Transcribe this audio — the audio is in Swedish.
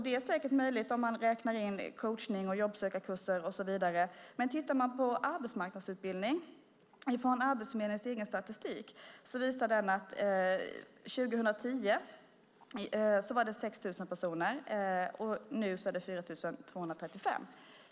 Det är säkert sant om vi räknar in coachning, jobbsökarkurser och så vidare, men om vi tittar på arbetsmarknadsutbildning i Arbetsförmedlingens egen statistik visar den att det 2010 handlade om 6 000 och nu 4 235 personer.